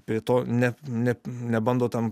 prie to ne net nebando tam